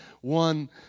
one